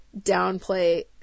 downplay